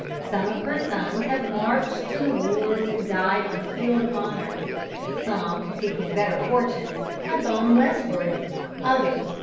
some of her sons have marched to the wars and died on the field of honour some, seeking better fortunes, have gone westward others,